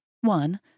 One